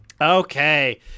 Okay